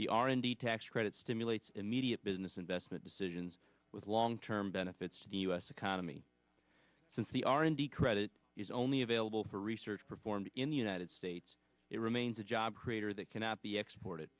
the r and d tax credit stimulates immediate business investment decisions with long term benefits to the u s economy since the r and d credit is only available for research performed in the united states it remains a job creator that cannot be export